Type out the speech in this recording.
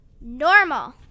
normal